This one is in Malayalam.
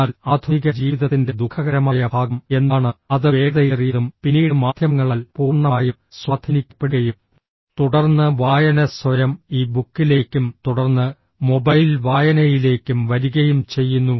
എന്നാൽ ആധുനിക ജീവിതത്തിന്റെ ദുഃഖകരമായ ഭാഗം എന്താണ് അത് വേഗതയേറിയതും പിന്നീട് മാധ്യമങ്ങളാൽ പൂർണ്ണമായും സ്വാധീനിക്കപ്പെടുകയും തുടർന്ന് വായന സ്വയം ഇ ബുക്കിലേക്കും തുടർന്ന് മൊബൈൽ വായനയിലേക്കും വരികയും ചെയ്യുന്നു